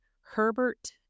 Herbert